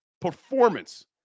performance